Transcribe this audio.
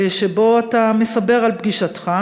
שבהם אתה מספר על פגישתך,